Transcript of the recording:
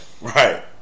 Right